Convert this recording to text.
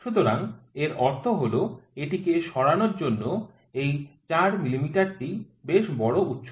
সুতরাং এর অর্থ হল এটিকে সরানোর জন্য এই ৪ মিমিটি বেশ বড় উচ্চতা